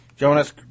Jonas